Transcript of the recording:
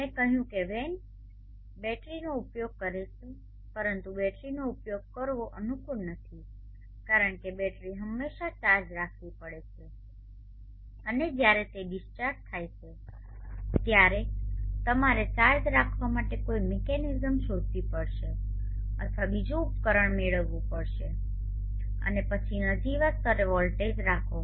મેં કહ્યું કે વેન બેટરીનો ઉપયોગ કરે છે પરંતુ બેટરીનો ઉપયોગ કરવો અનુકૂળ નથી કારણ કે બેટરી હંમેશા ચાર્જ રાખવી પડે છે અને જ્યારે તે ડિસ્ચાર્જ થાય છે ત્યારે તમારે ચાર્જ રાખવા માટે કોઈ મિકેનિઝમ શોધવી પડશે અથવા બીજું ઉપકરણ મેળવવું પડશે અને પછી નજીવા સ્તરે વોલ્ટેજ રાખો